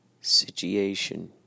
situation